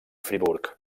friburg